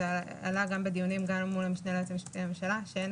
עלה בדיונים גם מול המשנה ליועץ המשפטי לממשלה - אין